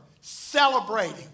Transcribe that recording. celebrating